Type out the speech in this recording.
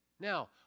Now